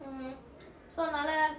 mmhmm so அதனால:athanaala